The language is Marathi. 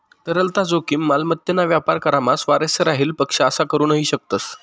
तरलता जोखीम, मालमत्तेना व्यापार करामा स्वारस्य राहेल पक्ष असा करू नही शकतस